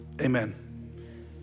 amen